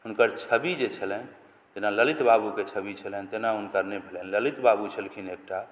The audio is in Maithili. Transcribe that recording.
हुनकर छबि जे छलनि जेना ललित बाबूके छवि छलनि तेना हुनकर नहि भेलनि ललित बाबू छलखिन एकटा